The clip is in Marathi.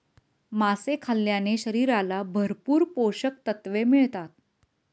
मासे खाल्ल्याने शरीराला भरपूर पोषकतत्त्वे मिळतात